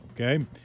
okay